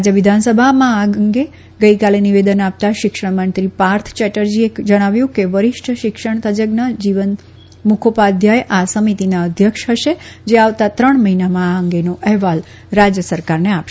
રાજ્ય વિધાનસભામાં આ અંગે ગઇકાલે નિવેદન આપતા શિક્ષણ મંત્રી પાર્થ ચેટર્જીએ જણાવ્યું હતું કે વરિષ્ઠ શિક્ષણતજજ્ઞ જીવન મુખોપાધ્યાય આ સમિતિના અધ્યક્ષ હશે જે આવતાં ત્રણ મહિનામાં આ અંગેનો અહેવાલ રાજ્ય સરકારને સોંપશે